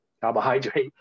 carbohydrate